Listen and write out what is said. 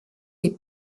des